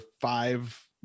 five